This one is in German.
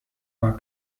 war